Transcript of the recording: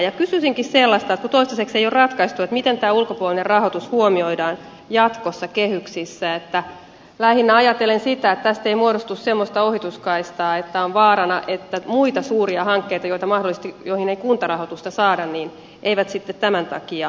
kysyisinkin kun toistaiseksi ei ole ratkaistu miten tämä ulkopuolinen rahoitus huomioidaan jatkossa kehyksissä lähinnä ajatellen sitä että tästä ei muodostu semmoista ohituskaistaa että on vaarana että muita suuria hankkeita joihin ei kuntarahoitusta saada sitten tämän takia siirtyy